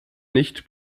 nicht